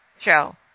show